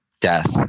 death